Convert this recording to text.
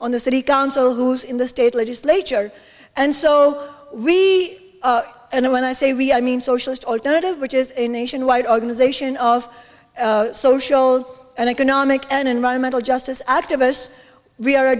on the city council who's in the state legislature and so we and i when i say we i mean socialist alternative which is a nationwide organization of social and economic and environmental justice activists we are a